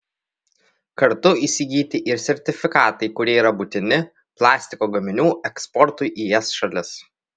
kartu įsigyti ir sertifikatai kurie yra būtini plastiko gaminių eksportui į es šalis